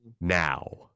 Now